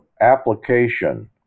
application